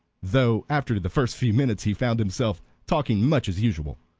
though after the first few minutes he found himself talking much as usual.